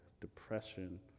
depression